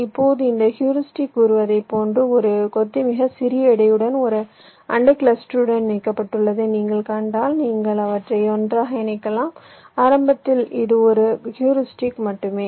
இப்போது இந்த ஹியூரிஸ்டிக் கூறுவதைப் போன்று ஒரு கொத்து மிகச் சிறிய எடையுடன் ஒரு அண்டை கிளஸ்டருடன் இணைக்கப்பட்டுள்ளதை நீங்கள் கண்டால் நீங்கள் அவற்றை ஒன்றாக இணைக்கலாம் ஆரம்பத்தில் இது ஒரு ஹூரிஸ்டிக் மட்டுமே